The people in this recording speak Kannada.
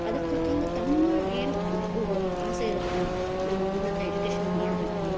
ಅದಕ್ಕೆ ತಕ್ಕಂಗೆ ತಮ್ಮ ಏನು ಉ ಆಸೆ ಇರುತ್ತೆ ನಾವು ಉನ್ನತ ಎಜುಕೇಶನ್ ಮಾಡಬೇಕು